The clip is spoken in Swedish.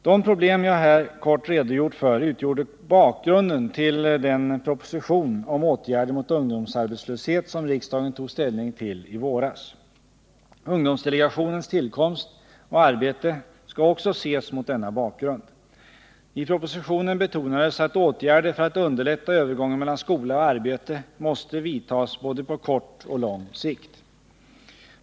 De problem jag här kortfattat redogjort för utgjorde bakgrunden till den proposition om åtgärder mot ungdomsarbetslöshet som riksdagen tog ställning till i våras. Ungdomsdelegationens tillkomst och arbete skall också ses mot denna bakgrund. I propositionen betonades att åtgärder för att underlätta övergången mellan skola och arbete måste vidtas på både kort och lång sikt.